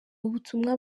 ubutumwa